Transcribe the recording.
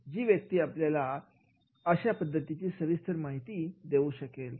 जी व्यक्ती आपल्याला अशा पद्धतीची सविस्तर माहिती देऊ शकेल